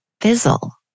fizzle